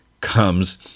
comes